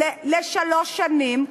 לשלוש שנים,